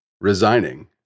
resigning